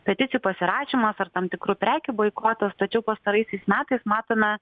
peticijų pasirašymas ar tam tikrų prekių boikotas tačiau pastaraisiais metais matome